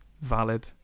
valid